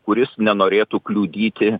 kuris nenorėtų kliudyti